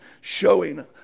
showing